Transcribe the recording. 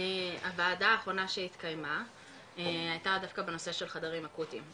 הוועדה האחרונה שהתקיימה הייתה דווקא בנושא של חדרים אקוטיים,